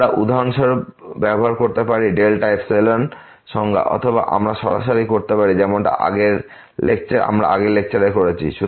আমরা উদাহরণস্বরূপ ব্যবহার করতে পারি ডেল্টা অ্যাপসিলন সংজ্ঞা অথবা আমরা সরাসরি করতে পারি যেমনটা আমরা আগের লেকচারে করেছি